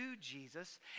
Jesus